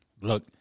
look